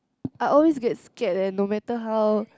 I always get scared ah no matter how